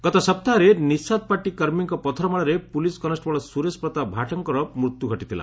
ଗତ ସପ୍ତାହରେ ନିଶାଦ ପାର୍ଟି କର୍ମୀଙ୍କ ପଥର ମାଡ଼ରେ ପୁଲିସ୍ କନେଷ୍ଟବଳ ସୁରେଶ ପ୍ରତାପ ଭାଟଙ୍କର ମୃତ୍ୟୁ ଘଟିଥିଲା